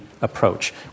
approach